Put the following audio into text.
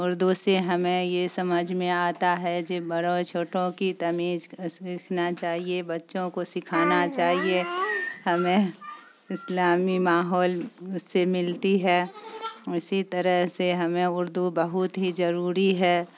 اردو سے ہمیں یہ سمجھ میں آتا ہے جی بڑوں چھوٹوں کی تمیز سیکھنا چاہیے بچوں کو سکھانا چاہیے ہمیں اسلامی ماحول اس سے ملتی ہے اسی طرح سے ہمیں اردو بہت ہی ضروری ہے